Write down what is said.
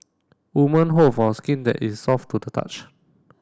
women hope for a skin that is soft to the touch